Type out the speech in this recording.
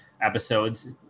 episodes